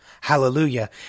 Hallelujah